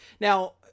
now